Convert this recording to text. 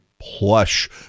plush